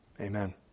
Amen